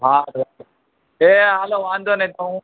હા એ હાલો વાંધો નહીં તો હું